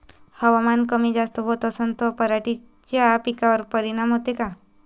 हवामान कमी जास्त होत असन त पराटीच्या पिकावर परिनाम होते का?